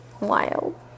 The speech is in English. wild